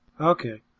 Okay